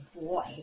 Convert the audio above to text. boy